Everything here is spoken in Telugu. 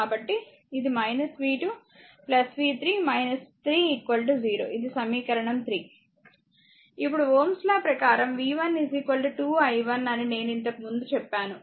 కాబట్టి ఇది v 2 v 3 3 0 ఇది సమీకరణం 3 ఇప్పుడు Ω's లా ప్రకారంv1 2 i1 అని నేను ఇంతకు ముందు చెప్పాను